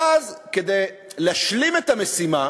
ואז, כדי להשלים את המשימה